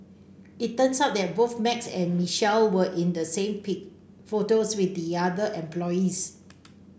it turns out that both Max and Michelle were in the photos with the other employees